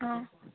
অঁ